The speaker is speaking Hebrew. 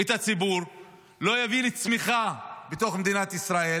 את הציבור ולא יביא לצמיחה בתוך מדינת ישראל,